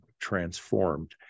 transformed